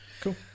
Cool